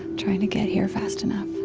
trying to get here fast enough